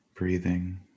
breathing